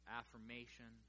affirmation